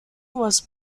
was